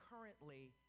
currently